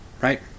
right